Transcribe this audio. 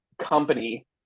company